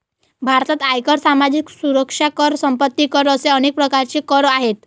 भारतात आयकर, सामाजिक सुरक्षा कर, संपत्ती कर असे अनेक प्रकारचे कर आहेत